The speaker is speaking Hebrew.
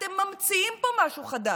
אתם ממציאים פה משהו חדש.